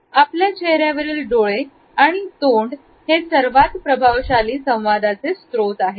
आपल्या चेहऱ्यावरील डोळे आणि तोंड हे सर्वात प्रभावशाली संवा दाचे स्त्रोत आहेत